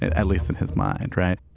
at at least in his mind. right